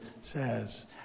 says